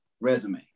resume